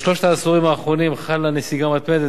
בשלושת העשורים האחרונים חלה נסיגה מתמדת